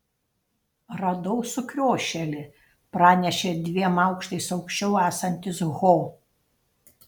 radau sukriošėlį pranešė dviem aukštais aukščiau esantis ho